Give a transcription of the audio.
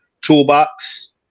toolbox